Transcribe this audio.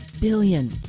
billion